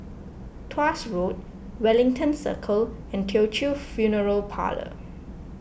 Tuas Road Wellington Circle and Teochew Funeral Parlour